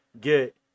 get